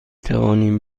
توانیم